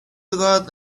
got